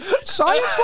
Science